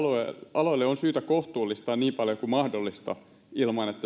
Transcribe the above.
aloille on syytä kohtuullistaa niin paljon kuin mahdollista ilman